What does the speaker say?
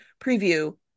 Preview